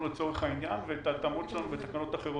לצורך העניין ואת ההתאמות שלנו בתקנות אחרות.